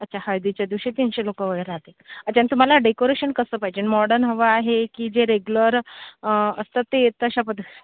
अच्छा हळदीच्या दिवशी तीनशे लोक वगैरे राहतील अच्छा अन तुम्हाला डेकोरेशन कसं पाहिजे मॉडर्न हवं आहे की जे रेग्युलर असतात ते तश्या पद्ध